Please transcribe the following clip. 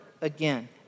again